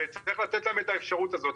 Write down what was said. וצריך לתת להם את האפשרות הזאת.